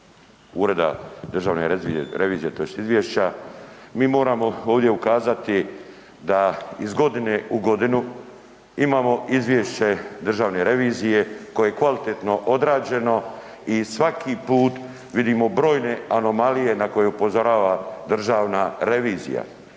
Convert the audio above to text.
Ureda državne revizije tj. izvješća. Mi moramo ovdje ukazati da iz godine u godinu imamo izvješće Državne revizije koje je kvalitetno odrađeno i svaki put vidimo brojne anomalije na koje upozorava Državna revizija.